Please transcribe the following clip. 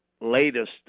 Latest